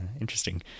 interesting